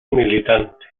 militante